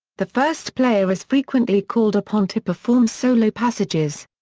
the first player is frequently called upon to perform solo passages.